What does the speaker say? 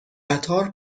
قطار